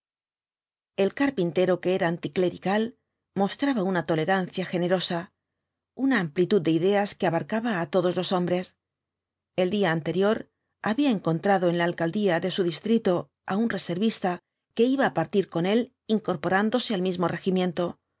ea carpintero que era anticlerical mostraba una tolerancia generosa una amplitud de ideas que abarcaba á todos los hombres el día anterior había encontrado en la alcaldía de su distrito aun reservista que iba á partir con él incorporándose al mismo